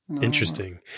interesting